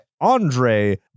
Andre